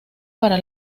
para